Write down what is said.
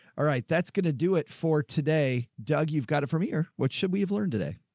all right. that's going to do it for today. doug, you've got it from here. what should we have learned today.